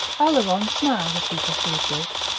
oleron smiled as he perceived this.